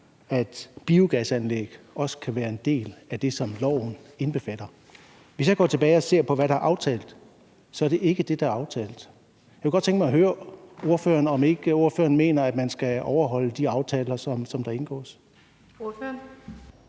at biogasanlæg også kan være en del af det, som loven indbefatter. Hvis jeg går tilbage og ser på, hvad der er aftalt, kan jeg se, at det ikke er det, der er aftalt. Jeg kunne godt tænke mig at høre ordføreren, om ikke ordføreren mener, at man skal overholde de aftaler, der indgås. Kl.